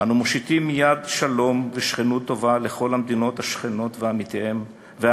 "אנו מושיטים יד שלום ושכנות טובה לכל המדינות השכנות ועמיהן,